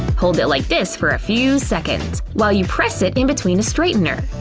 hold it like this for a few seconds, while you press it in between a straightener.